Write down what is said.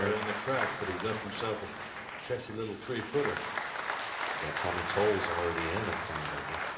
on the track, but isn't and selfless tested little three-footer that tommy tolles already in at five under